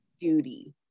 beauty